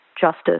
justice